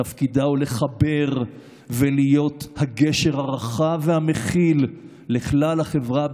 תפקידה הוא לחבר ולהיות הגשר הרחב והמכיל לכלל החברה בישראל,